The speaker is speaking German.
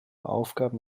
aufgaben